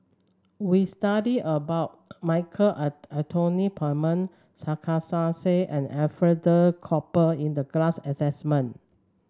we studied about Michael Anthony Palmer Sarkasi Said and Alfred Duff Cooper in the class assessment